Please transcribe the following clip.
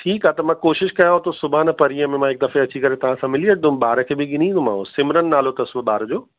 ठीकु आहे त मां कोशिशि कयांव थो सुभाणे परीहं में मां हिक दफ़े अची करे तव्हां सां मिली वेंदुमि ॿार खे बि ॻिनी ईंदोमाव सिमरन नालो अथस ॿार जो